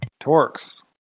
Torx